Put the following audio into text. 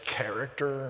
character